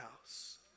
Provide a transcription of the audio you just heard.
house